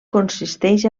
consisteix